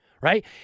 right